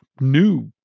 new